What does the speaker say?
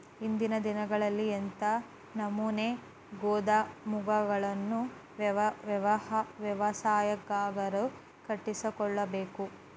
ಇಂದಿನ ದಿನಗಳಲ್ಲಿ ಎಂಥ ನಮೂನೆ ಗೋದಾಮುಗಳನ್ನು ವ್ಯವಸಾಯಗಾರರು ಕಟ್ಟಿಸಿಕೊಳ್ಳಬೇಕು?